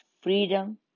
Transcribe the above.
freedom